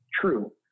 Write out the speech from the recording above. true